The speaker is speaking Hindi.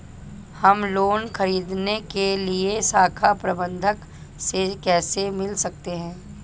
हम लोन ख़रीदने के लिए शाखा प्रबंधक से कैसे मिल सकते हैं?